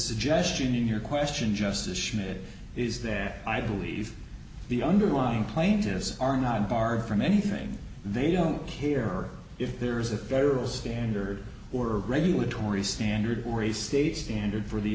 a gesture in your question just as schmidt is there i believe the underlying plaintiffs are not barred from anything they don't care if there is a variable standard or regulatory standard or a state standard for the